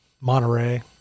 Monterey